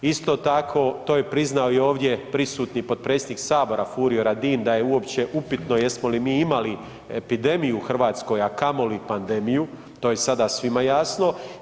Isto tako to je priznao i ovdje prisutni potpredsjednik sabora Furio Radin da je uopće upitno jesmo li mi imali epidemiju u Hrvatskoj, a kamoli pandemiju, to je sada svima jasno.